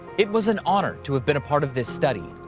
it was an honor to have been a part of this study.